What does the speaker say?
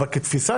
אבל כתפיסה,